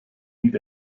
need